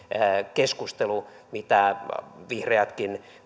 keskustelu mitä vihreätkin